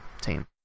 team